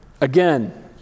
Again